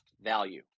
value